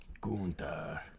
Gunther